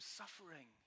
suffering